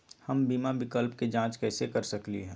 हम बीमा विकल्प के जाँच कैसे कर सकली ह?